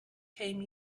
came